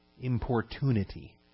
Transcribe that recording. Importunity